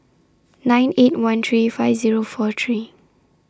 nine eight one three five Zero four three